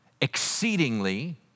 exceedingly